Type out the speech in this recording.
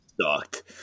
sucked